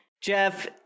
Jeff